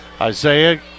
Isaiah